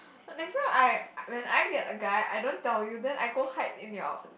next time I when I get a guy I don't tell you then I go hide in your